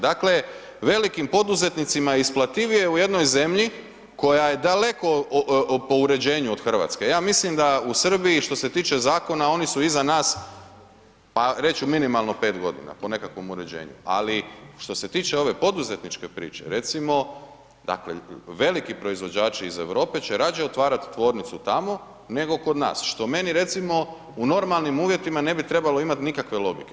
Dakle, velikim poduzetnicima je isparljivije u jednoj zemlji koja je daleko u uređenju od Hrvatske, ja mislim da u Srbiji što se tiče zakona oni su iza nas, pa reći ću minimalno 5 godina po nekakvom uređenju, ali što se tiče ove poduzetničke priče, recimo dakle veliki proizvođači iz Europe će rađe otvarat tvornicu tamo nego kod nas, što meni recimo u normalnim uvjetima na bi trebalo imati nikakve logike.